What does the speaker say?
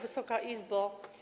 Wysoka Izbo!